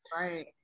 Right